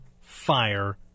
fire